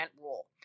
rule